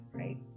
right